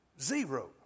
Zero